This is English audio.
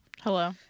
Hello